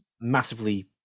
massively